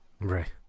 Right